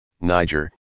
Niger